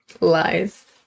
Lies